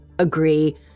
agree